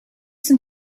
some